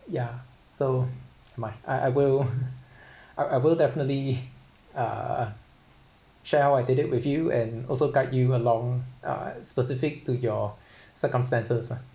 ya so my I I will I I will definitely uh share how I did it with you and also guide you along uh specific to your circumstances lah